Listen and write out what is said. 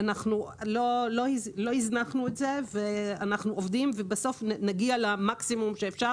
לא הזנחנו את זה ואנחנו עובדים ובסוף נגיע למקסימום שאפשר